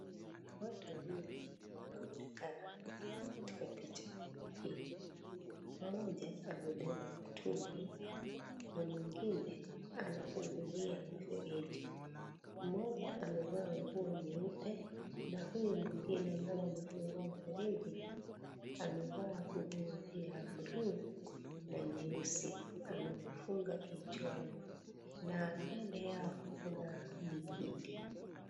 Watu wawili wanaoonekana katika picha hii. Mmoja amebeba mtungi na mwingine anafungulia fereji. Mmoja amevaa nguo nyeupe na huyo mwingine ambaye amefungua fereji amevaa nguo ya buluu na nyeusi, amefunga kichwani na mbele yao kuna mihindi.